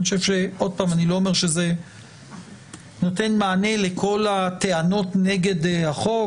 אני לא אומר שזה נותן מענה לכל הטענות נגד החוק,